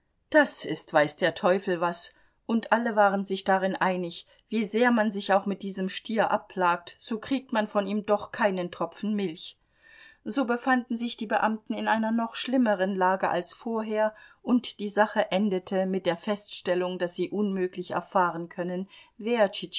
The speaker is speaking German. das ist weiß der teufel was und alle waren sich darin einig wie sehr man sich auch mit diesem stier abplagt so kriegt man von ihm doch keinen tropfen milch so befanden sich die beamten in einer noch schlimmeren lage als vorher und die sache endete mit der feststellung daß sie unmöglich erfahren können wer